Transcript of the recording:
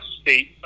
state